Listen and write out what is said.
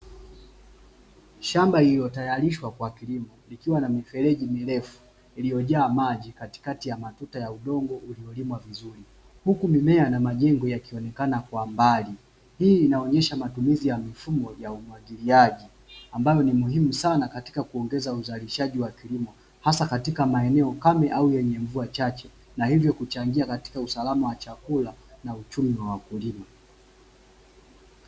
Shamba lililotayarishwa kwa kilimo likiwa na mifereji mirefu iliyojaa maji katikati ya matuta ya udongo uliolimwa vizuri. Huku mimea na majengo yakionekana kwa mbali. Hii inaonyesha matumizi ya mifumo ya umwagiliaji. Ambayo ni muhimu sana katika kuongeza uzalishaji wa kilimo. Hasa katika maeneo kame au yenye mvua chache na hivyo kuchangia katika usalama wa chakula na uchumi wa wakulima.